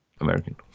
American